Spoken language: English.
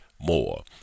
more